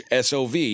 SOV